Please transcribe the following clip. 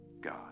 God